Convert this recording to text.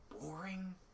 boring